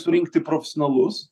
surinkti profesionalus